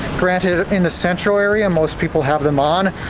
granted, in the centro area most people have them on,